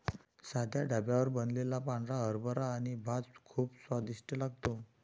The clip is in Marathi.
साध्या ढाब्यावर बनवलेला पांढरा हरभरा आणि भात खूप स्वादिष्ट लागतो